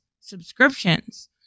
subscriptions